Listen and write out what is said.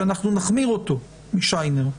שאנחנו נחמיר אותו עם שיינר,